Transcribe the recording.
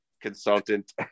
consultant